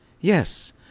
Yes